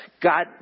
God